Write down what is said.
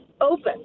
open